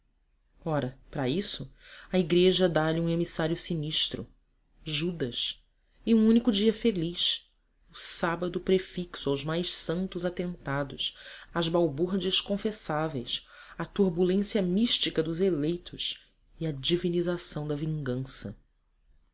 ora para isso a igreja dá-lhe um emissário sinistro judas e um único dia feliz o sábado prefixo aos mais santos atentados às balbúrdias confessáveis à turbulência mística dos eleitos e à divinização da vingança